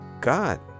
God